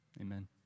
Amen